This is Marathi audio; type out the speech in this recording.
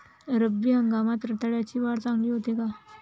रब्बी हंगामात रताळ्याची वाढ चांगली होते का?